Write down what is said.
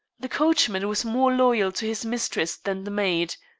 the coachman was more loyal to his mistress than the maid.